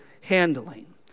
handling